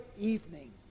evening